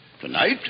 Tonight